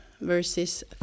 verses